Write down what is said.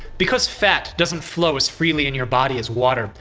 because fat doesnt flow as freely in your body as water,